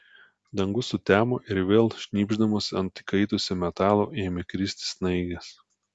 dangus sutemo ir vėl šnypšdamos ant įkaitusio metalo ėmė kristi snaigės